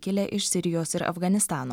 kilę iš sirijos ir afganistano